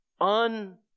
un